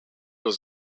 was